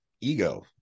ego